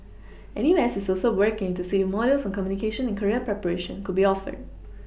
N U S is also working to see if modules on communication and career preparation could be offered